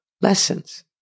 Lessons